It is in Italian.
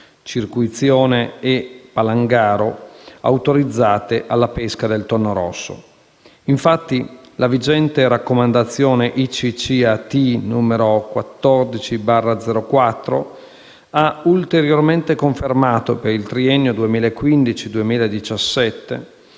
(circuizione e palangaro) autorizzate alla pesca del tonno rosso. Infatti, la vigente raccomandazione ICCAT n. 14-04 ha ulteriormente confermato, per il triennio 2015-2017,